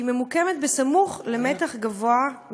שממוקמת בסמוך למתח גבוה,